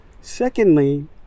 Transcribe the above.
Secondly